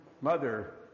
mother